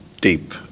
deep